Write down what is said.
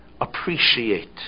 appreciate